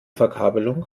verkabelung